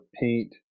paint